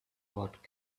bought